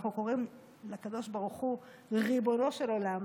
אנחנו קוראים לקדוש ברוך הוא "ריבונו של עולם",